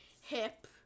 hip